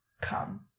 come